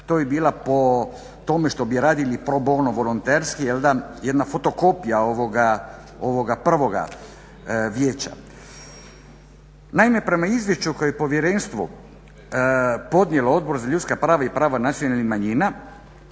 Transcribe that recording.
to bi bila po tome što bi radili pro bono, volonterski jedna fotokopija ovoga prvoga vijeća. Naime, prema Izvješću koje je povjerenstvo podnijelo Odboru za ljudska prava i prava nacionalnih manjina